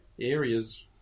areas